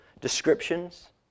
descriptions